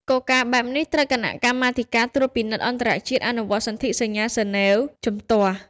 គោលការណ៍បែបនេះត្រូវគណៈកម្មាធិការត្រួតពិនិត្យអន្តរជាតិអនុវត្តសន្ធិសញ្ញាហ្សឺណែវជំទាស់។